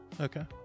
Okay